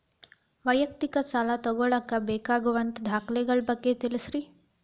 ವೈಯಕ್ತಿಕ ಸಾಲ ತಗೋಳಾಕ ಬೇಕಾಗುವಂಥ ದಾಖಲೆಗಳ ಬಗ್ಗೆ ತಿಳಸ್ರಿ